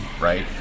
right